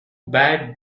bad